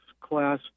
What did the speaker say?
class